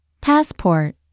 Passport